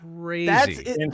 crazy